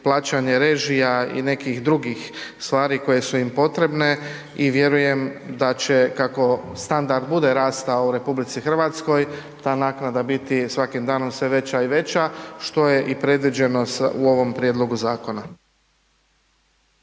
plaćanje režija i nekih drugih stvari koje su im potrebne i vjerujem da će kako standard bude rastao u RH ta naknada biti svakim danom sve veća i veća što je i predviđeno u ovom prijedlogu zakona.